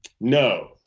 No